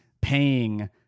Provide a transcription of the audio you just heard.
paying